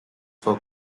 for